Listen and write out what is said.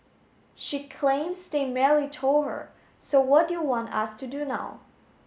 she claims they merely told her so what do you want us to do now